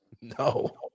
No